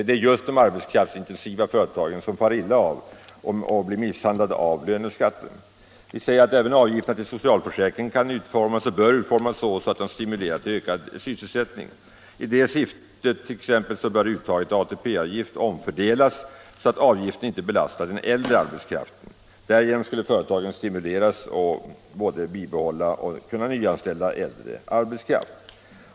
Det är just dessa företag som far illa av löneskatten. Även avgifterna till socialförsäkringen kan och bör utformas så att de stimulerar till ökad sysselsättning. I det syftet bör t.ex. uttaget till ATP-avgift omfördelas så att avgiften inte belastar den äldre arbetskraften. Därigenom skulle företagen stimuleras till att både behålla och nyanställa äldre arbetskraft.